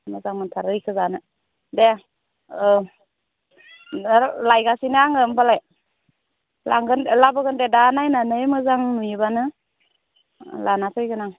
मोजां मोनथारो बेखौ जानो दे औ दा लायगासिनो आङो होमबालाय लाबोगोन दे दा नायनानै मोजां नुयोबानो लाना फैगोन आं